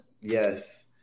Yes